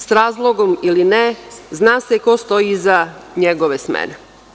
S razlogom ili ne, zna se ko stoji iza njegove smene.